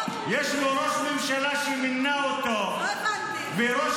יש לו ראש ממשלה שמינה אותו -- לא הבנתי ----- וראש